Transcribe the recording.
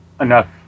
enough